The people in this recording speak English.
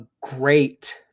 great